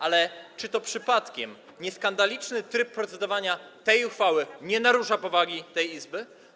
Ale czy przypadkiem skandaliczny tryb procedowania tej uchwały nie narusza powagi tej Izby?